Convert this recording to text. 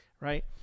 right